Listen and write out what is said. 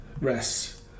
rest